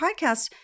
podcast